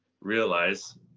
realize